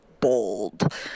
bold